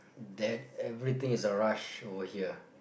that everything is a rush over here